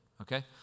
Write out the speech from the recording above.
okay